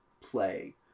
play